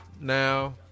Now